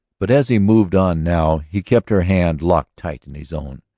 but as he moved on now he kept her hand locked tight in his own.